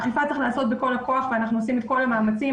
אכיפה צריך לעשות בכל הכוח ואנחנו עושים את כל המאמצים.